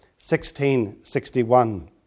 1661